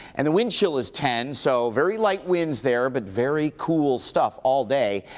and the wind chill is ten. so very light winds there, but very cool stuff all day.